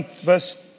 verse